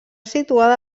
situada